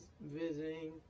visiting